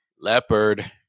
leopard